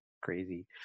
crazy